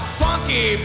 funky